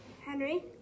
Henry